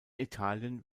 italien